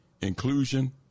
inclusion